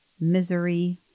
misery